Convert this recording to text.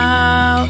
Now